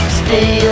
stay